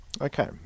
Okay